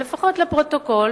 אבל לפחות לפרוטוקול,